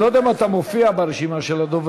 אני לא יודע אם אתה מופיע ברשימה של הדוברים.